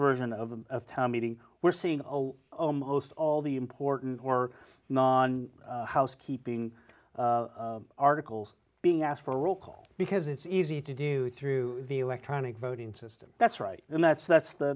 version of a town meeting we're seeing all almost all the important or non housekeeping articles being asked for a roll call because it's easy to do through the electronic voting system that's right and that's that's th